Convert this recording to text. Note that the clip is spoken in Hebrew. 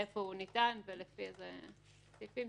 איפה הוא ניתן ולפי איזה סעיפים.